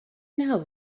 now